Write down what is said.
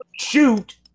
shoot